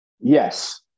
Yes